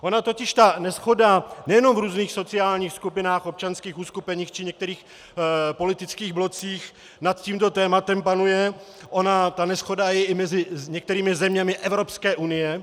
Ona totiž ta neshoda nejenom v různých sociálních skupinách, občanských uskupeních či některých politických blocích nad tímto tématem panuje, ona ta neshoda je i mezi některými zeměmi Evropské unie.